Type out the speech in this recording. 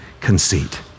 conceit